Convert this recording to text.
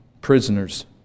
prisoners